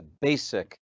basic